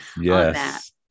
Yes